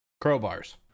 Crowbars